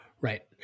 Right